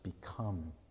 become